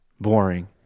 boring